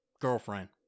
girlfriend